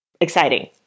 exciting